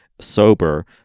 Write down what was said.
sober